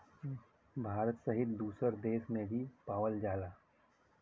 भारत सहित दुसर देस में भी पावल जाला